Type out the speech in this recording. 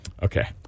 Okay